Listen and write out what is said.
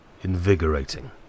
invigorating